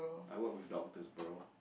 I work with doctors bro